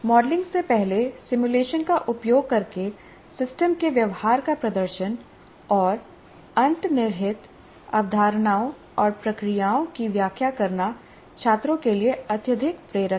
modelling से पहले simulation का उपयोग करके सिस्टम के व्यवहार का प्रदर्शन और अंतर्निहित अवधारणाओं और प्रक्रियाओं की व्याख्या करना छात्रों के लिए अत्यधिक प्रेरक है